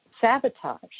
sabotage